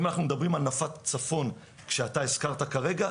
אם אנחנו מדברים על נפת צפון כשאתה הזכרת כרגע,